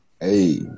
Hey